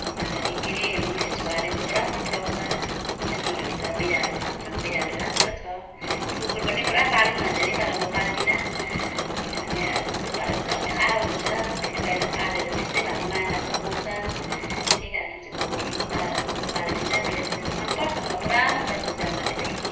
अन्तखेरि के अरे मेरो छोराले पनि पुरा मन पराउँछ जनावरहरू त बिरालो छ हाम्रोमा बिरालो राम्रो छ कुकुर पनि पुरा पालौँ भन्छ नि तर म पाल्दिनँ किनभने कुकुर पालेपछि झमेला हुन्छ फेरि पहिला पनि पालेर त्यस्तै भएको माया लाग्छ मर्छ त्यही कारणले चाहिँ कुकुरहरू पनि पाल कुकुर पालेको छुइनँ बिरालो चाहिँ छ मन पर्छ मलाई पुरा मन पर्छ जनावर चाहिँ